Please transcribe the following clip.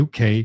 UK